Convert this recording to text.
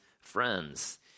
friends